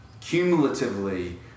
cumulatively